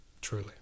truly